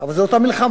אבל זו אותה מלחמה.